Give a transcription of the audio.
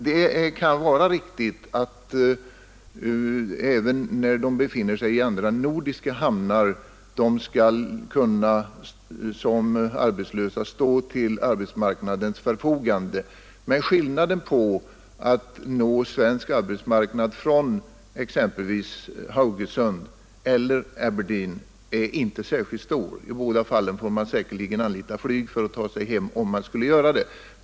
Det kan vara riktigt att fiskarna även när de befinner sig i andra nordiska hamnar som arbetslösa skall kunna stå till arbetsmarknadens förfogande, men skillnaden när det gäller att nå svensk arbetsmarknad från exempelvis Haugesund eller från Aberdeen är inte särskilt stor. I båda fallen måste man säkerligen anlita flyg för att ta sig hem, om man nu skulle behöva göra det.